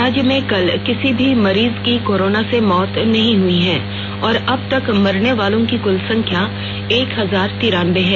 राज्य में कल किसी भी मरीज की कोरोना से मौत नहीं हुई है और अबतक मरने वालों की कुल संख्या एक हजार तिरानबे है